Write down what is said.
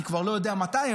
אני כבר לא יודע מתי,